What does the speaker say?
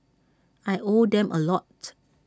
I owe them A lot